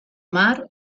mar